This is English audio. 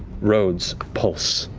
roads pulse.